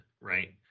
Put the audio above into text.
right